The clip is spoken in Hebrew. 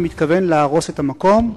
והוא מתכוון להרוס את המקום.